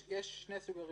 יש שני סוגי ריביות,